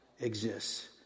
exists